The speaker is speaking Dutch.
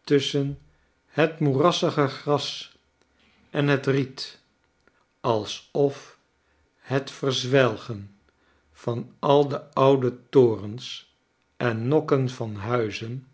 tusschen het moerassige gras en riet alsof het verzwelgen van al de oude torens en nokken van huizen